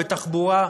בתחבורה,